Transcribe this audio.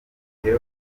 igihe